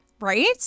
right